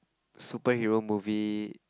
superhero movie